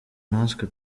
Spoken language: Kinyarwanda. natwe